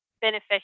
beneficial